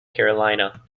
carolina